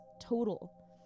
total